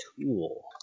tool